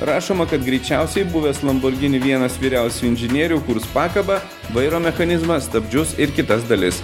rašoma kad greičiausiai buvęs lamborghini vienas vyriausiųjų inžinierių kurs pakabą vairo mechanizmą stabdžius ir kitas dalis